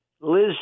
Liz